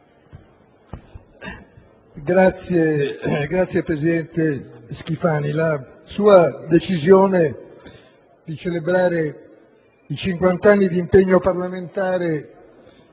Signor presidente Schifani, la sua decisione di celebrare i cinquant'anni di impegno parlamentare